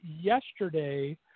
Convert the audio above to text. yesterday